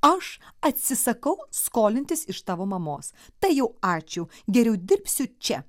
aš atsisakau skolintis iš tavo mamos tai jau ačiū geriau dirbsiu čia